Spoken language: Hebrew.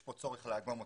יש כאן צורך לאגום אותם.